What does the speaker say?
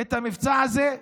את המבצע הזה,